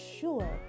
sure